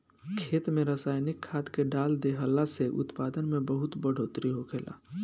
खेत में रसायनिक खाद्य के डाल देहला से उत्पादन में बहुत बढ़ोतरी होखेला